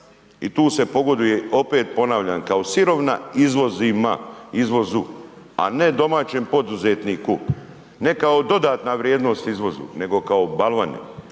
i tu se pogoduje, opet ponavljam, kao sirovina izvozima, izvozu, a ne domaćem poduzetniku, ne kao dodatna vrijednost izvozu, nego kao balvani.